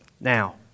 Now